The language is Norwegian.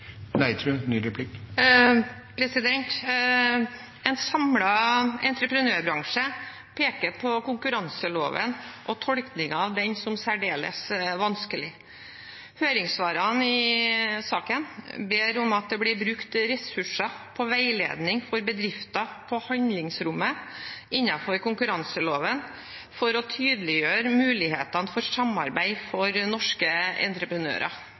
konkurranseloven og tolkningen av den som særdeles vanskelig. Høringssvarene i saken ber om at det blir brukt ressurser på veiledning for bedrifter på handlingsrommet innenfor konkurranseloven for å tydeliggjøre mulighetene for samarbeid for norske entreprenører.